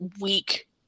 weak